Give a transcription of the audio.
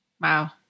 Wow